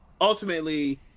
ultimately